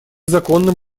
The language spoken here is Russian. законным